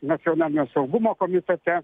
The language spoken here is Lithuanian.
nacionalinio saugumo komitete